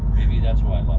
maybe that's why